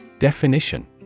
Definition